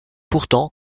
pourtant